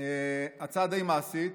הצעה די מעשית.